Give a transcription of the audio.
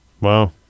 Wow